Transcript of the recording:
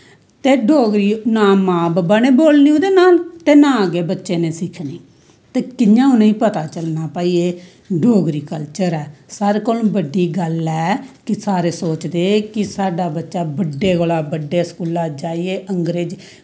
ते डोगरी ना मां बब्बा ने बोलनी ओह्दे ते ना गै बच्चे नै सिक्खनी त् कियां उनें पता चलना भाई एह् डोगरी कल्चर ऐ सारें कोला बड्डी गल्ल ऐ कि सारे सोचदे की साढ़ा बच्चा बड्डे कोला बड्डे स्कूला च अंग्रेजी